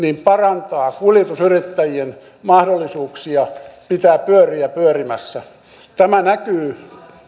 parantaa kuljetusyrittäjien mahdollisuuksia pitää pyöriä pyörimässä tämä näkyy